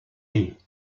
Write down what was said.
née